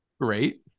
great